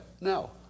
No